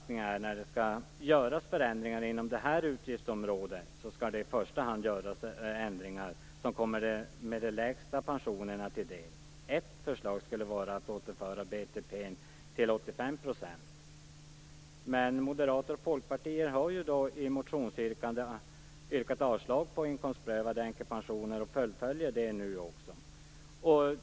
När det skall göras förändringar inom det här utgiftsområdet skall de i första hand komma dem med de lägsta pensionerna till del. Det är min uppfattning. Ett förslag skulle kunna vara att man återför BTP till 85 %. Men Moderaterna och Folkpartiet har ju i motioner yrkat avslag på inkomstprövade änkepensioner, och det fullföljer man också nu.